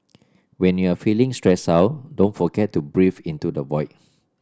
when you are feeling stressed out don't forget to breathe into the void